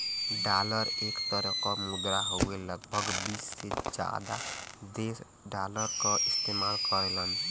dollar एक तरे क मुद्रा हउवे लगभग बीस से जादा देश डॉलर क इस्तेमाल करेलन